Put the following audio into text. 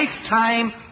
lifetime